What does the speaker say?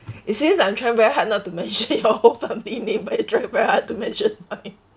it seems I'm trying very hard not to mention your whole family name but I'm trying very hard to mention mine